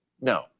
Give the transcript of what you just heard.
no